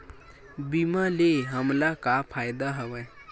बीमा ले हमला का फ़ायदा हवय?